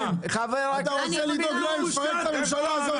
אתה רוצה לדאוג להם אז תפרק את הממשלה הזאת,